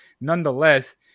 nonetheless